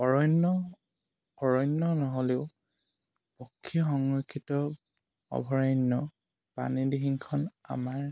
অৰণ্য অৰণ্য নহ'লেও পক্ষী সংৰক্ষিত অভয়াৰণ্য পানী দিহিংখন আমাৰ